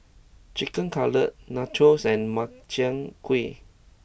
Chicken Cutlet Nachos and Makchang gui